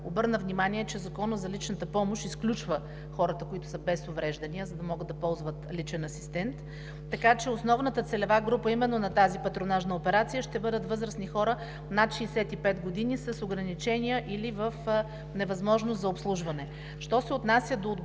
обърна внимание, че Законът за личната помощ изключва хората, които са без увреждания, да могат да ползват личен асистент, така че основната целева група именно на тази патронажна операция ще бъдат възрастни хора над 65 години с ограничения или в невъзможност за обслужване. Що се отнася до отговорността,